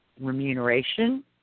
remuneration